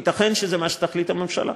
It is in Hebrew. ייתכן שזה מה שתחליט הממשלה.